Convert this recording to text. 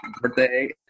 birthday